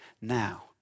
now